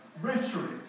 rhetoric